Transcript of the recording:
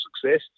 success